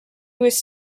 was